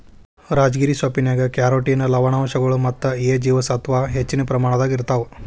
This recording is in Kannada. ರಾಜಗಿರಿ ಸೊಪ್ಪಿನ್ಯಾಗ ಕ್ಯಾರೋಟಿನ್ ಲವಣಾಂಶಗಳು ಮತ್ತ ಎ ಜೇವಸತ್ವದ ಹೆಚ್ಚಿನ ಪ್ರಮಾಣದಾಗ ಇರ್ತಾವ